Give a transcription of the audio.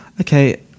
Okay